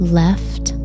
left